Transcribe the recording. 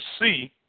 see